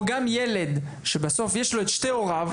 או גם ילד שבסוף יש לו את שני הוריו,